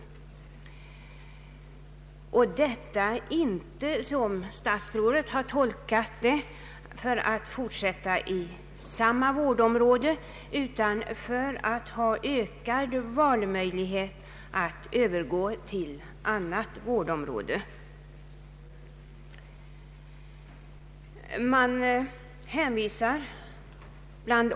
Detta vill de inte göra, som statsrådet har tolkat det, för att fortsätta inom samma vårdområde, utan för att ha ökade valmöjligheter när det gäller att övergå till annat vårdområde.